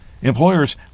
Employers